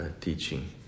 teaching